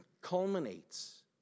culminates